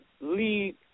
lead